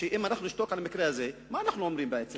אם נשתוק על המקרה הזה, מה אנחנו אומרים בעצם?